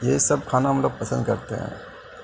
یہ سب کھانا ہم لوگ پسند کرتے ہیں